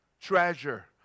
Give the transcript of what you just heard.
Treasure